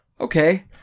Okay